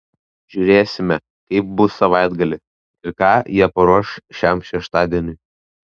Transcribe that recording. žiūrėsime kaip bus savaitgalį ir ką jie paruoš šiam šeštadieniui